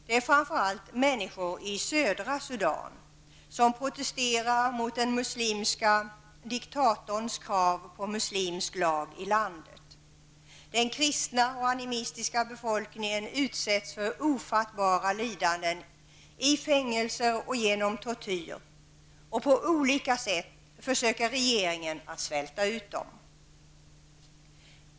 Det är framför allt människor i södra Sudan som protesterar mot den muslimske diktatorns krav på muslimsk lag i landet. Den kristna och animistiska befolkningen utsätts för ofattbara lidanden i fängelser och genom tortyr, och på olika sätt försöker regeringen svälta ut den.